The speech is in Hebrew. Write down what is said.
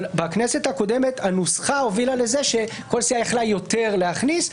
אבל בכנסת הקודמת הנוסחה הובילה לזה שכל סיעה הייתה יכולה יותר להכניס,